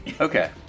Okay